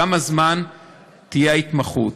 כמה זמן תהיה ההתמחות.